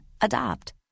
Adopt